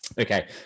Okay